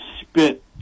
spit